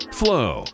flow